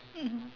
mmhmm